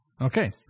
Okay